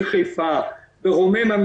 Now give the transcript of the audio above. ברוממה,